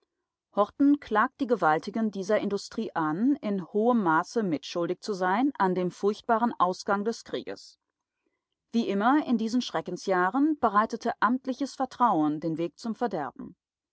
horten klagt die gewaltigen dieser industrie an in hohem maße mitschuldig zu sein an dem furchtbaren ausgang des krieges wie immer in diesen schreckensjahren bereitete amtliches vertrauen den weg zum verderben